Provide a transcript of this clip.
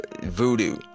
Voodoo